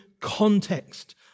context